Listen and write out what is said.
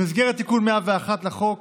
במסגרת תיקון 101 לחוק